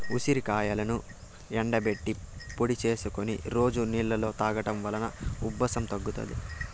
ఉసిరికాయలను ఎండబెట్టి పొడి చేసుకొని రోజు నీళ్ళలో తాగడం వలన ఉబ్బసం తగ్గుతాది